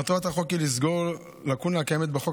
מטרת החוק היא לסגור לקונה הקיימת בחוק